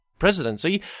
Presidency